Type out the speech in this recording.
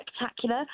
spectacular